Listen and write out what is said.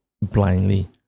blindly